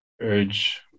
urge